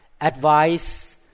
advice